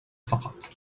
فقط